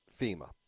FEMA